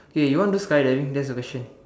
okay you want to do sky diving that's the question